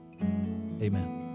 Amen